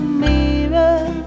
mirror